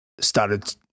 started